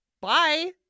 Bye